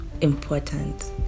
important